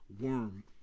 worm